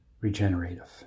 regenerative